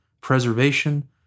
preservation